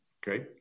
great